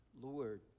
Lord